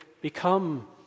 become